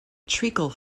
treacle